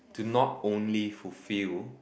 to not only fulfill